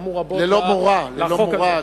שתרמו רבות לחוק הזה.